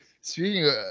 Speaking